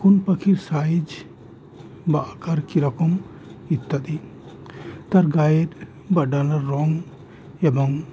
কোন পাখির সাইজ বা আঁকার কীরকম ইত্যাদি তার গাায়ের বা ডানার রঙ এবং